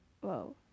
Whoa